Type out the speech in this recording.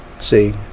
See